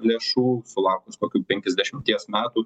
lėšų sulaukus kokių penkiasdešimties metų